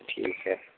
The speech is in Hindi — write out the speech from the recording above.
ठीक है